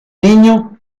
niño